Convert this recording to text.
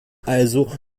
also